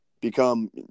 become